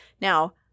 Now